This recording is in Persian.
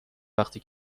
وقتی